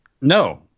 No